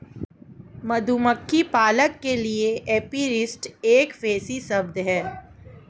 मधुमक्खी पालक के लिए एपीरिस्ट एक फैंसी शब्द है